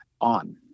on